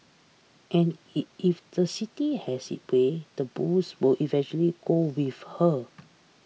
and if the city has its way the bulls will eventually go with her